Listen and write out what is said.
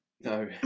No